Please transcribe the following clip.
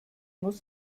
muss